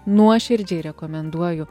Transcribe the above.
nuoširdžiai rekomenduoju